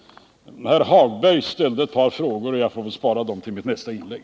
Lars-Ove Hagberg ställde ett par frågor, som jag får vänta med att besvara till mitt nästa inlägg.